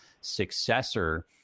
successor